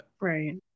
Right